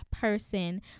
person